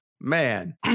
Man